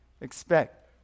Expect